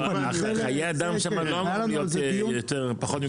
חיי אדם שם לא אמורים להיות פחות שווים.